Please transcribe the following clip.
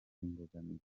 imbogamizi